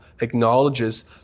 acknowledges